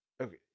Okay